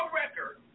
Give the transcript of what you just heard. record